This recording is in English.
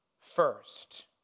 first